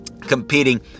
competing